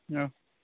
औ